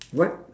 what